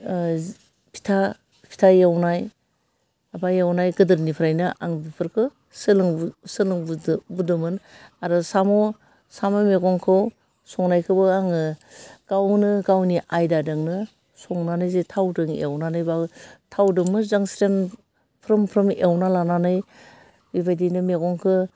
फिथा फिथा एवनाय माबा एवनाय गोदोनिफ्रायनो आं बेफोरखौ सोलोंदोंमोन आरो साम' साम' मैगंखौ संनायखौबो आङो गावनो गावनि आयदादोंनो संनानै जे थावदों एवनानैबाबो थावदों मोजां स्रेम फ्रोम फ्रोम एवना लानानै बेबायदिनो मैगंखौ